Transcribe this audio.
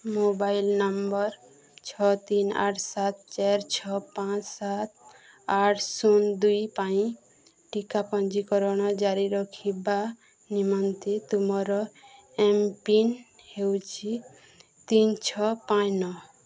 mobile number ଛଅ ତିନି ଆଠ ସାତ ଚାରି ଛଅ ପାଞ୍ଚ ସାତ ଆଠ ଶୂନ ଦୁଇ ପାଇଁ ଟିକା ପଞ୍ଜୀକରଣ ଜାରି ରଖିବା ନିମନ୍ତେ ତୁମର ଏମ୍ ପିନ୍ ହେଉଛି ତିନି ଛଅ ପାଞ୍ଚ ନଅ